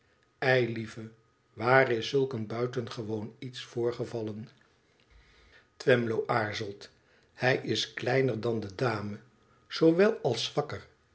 eilieve waar is zulk een buitengewoon iets voorgevauen twemlow aarzelt hij is klemer dan de dame zoowel als zwakker